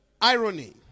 Irony